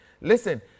Listen